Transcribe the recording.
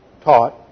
taught